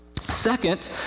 Second